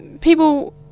people